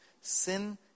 sin